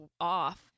off